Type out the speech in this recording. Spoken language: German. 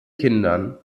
kindern